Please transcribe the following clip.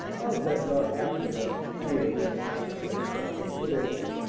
i'll bet not half of them are sincere in that sacrifice stuff they put over.